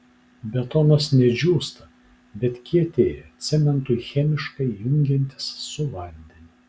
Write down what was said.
betonas ne džiūsta bet kietėja cementui chemiškai jungiantis su vandeniu